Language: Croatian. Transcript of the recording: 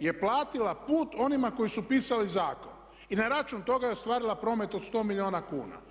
je platila put onima koji su pisali zakon i na račun toga je ostvarila promet od 100 milijuna kuna.